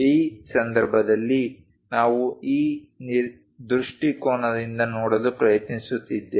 ಈ ಸಂದರ್ಭದಲ್ಲಿ ನಾವು ಈ ದೃಷ್ಟಿಕೋನದಿಂದ ನೋಡಲು ಪ್ರಯತ್ನಿಸುತ್ತಿದ್ದೇವೆ